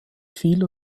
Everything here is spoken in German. vieler